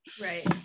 Right